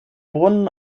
brunnen